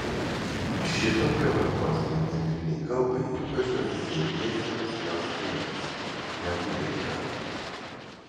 šitokia vartosena bendrinei kalbai ypač oficialiesiems jos stiliams nebūdinga